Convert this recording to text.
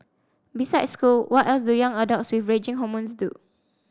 besides school what else do young adults with raging hormones do